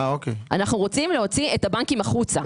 אנו רוצים להוציא את הבנקים החוצה.